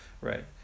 right